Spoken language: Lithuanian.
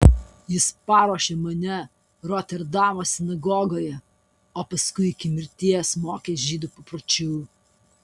jis paruošė mane roterdamo sinagogoje o paskui iki mirties mokė žydų papročių